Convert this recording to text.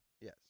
yes